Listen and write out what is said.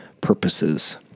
purposes